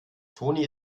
toni